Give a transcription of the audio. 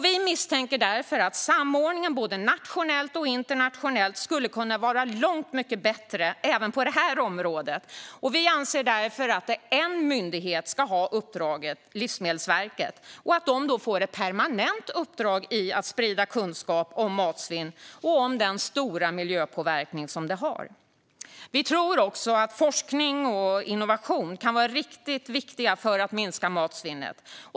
Vi misstänker därför att samordningen både nationellt och internationellt skulle kunna vara långt mycket bättre även på detta område. Vi anser därför att en myndighet ska ha uppdraget, Livsmedelsverket, och att det ska få ett permanent uppdrag i att sprida kunskap om matsvinn och om den stora miljöpåverkan det har. Vi tror också att forskning och innovation kan vara viktigt för att minska matsvinnet.